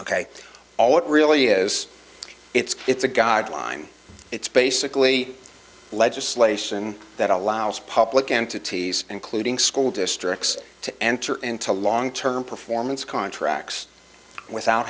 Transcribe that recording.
all it really is it's it's a god line it's basically legislation that allows public entities including school districts to enter and to long term performance contracts without